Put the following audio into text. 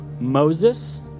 Moses